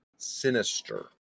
sinister